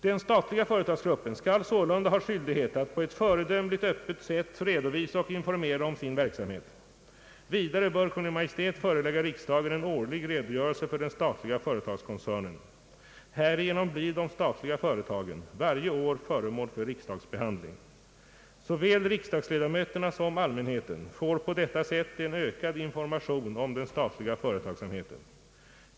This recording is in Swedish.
Den statliga företagsgruppen skall sålunda ha skyldighet att på ett föredömligt öppet sätt redovisa och informera om sin verksamhet. Vidare bör Kungl. Maj:t förelägga riksdagen en årlig redogörelse för den statliga företagskoncernen. Härigenom blir de statliga företagen varje år föremål för riksdagsbehandling. Såväl riksdagsledamöterna som allmänheten får på detta sätt en ökad information om den statliga företagsamheten.